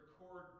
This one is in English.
record